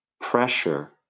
pressure